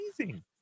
amazing